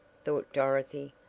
thought dorothy,